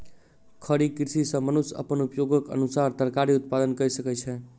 खड़ी कृषि सॅ मनुष्य अपन उपयोगक अनुसार तरकारी उत्पादन कय सकै छै